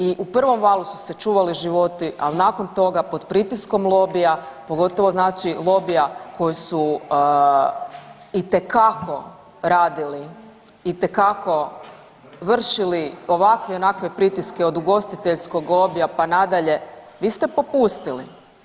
I u prvom valu su se čuvali životi, ali nakon toga pod pritiskom lobija pogotovo znači lobija koji su itekako radili, itekako vršili ovakve i onakve pritiske od ugostiteljskog lobija pa nadalje vi ste popustili.